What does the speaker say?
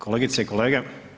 Kolegice i kolege.